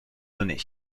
donné